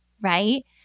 right